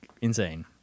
insane